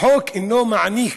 החוק אינו מעניק